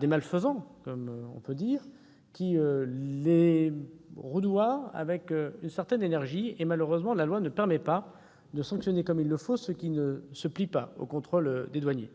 des malfaisants, on peut le dire, qui les rudoient avec une certaine énergie. Or la loi ne permet malheureusement pas de sanctionner comme il se doit ceux qui ne se plient pas aux contrôles des douaniers.